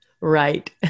right